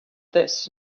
this